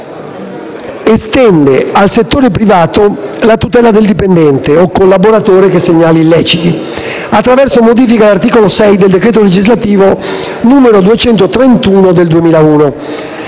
di legge estende al settore privato la tutela del dipendente o collaboratore che segnali illeciti, attraverso modifiche all'articolo 6 del decreto legislativo n. 231 del 2001.